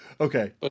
Okay